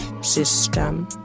System